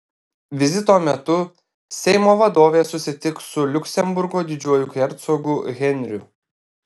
vizito metu seimo vadovė susitiks su liuksemburgo didžiuoju hercogu henriu